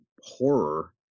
horror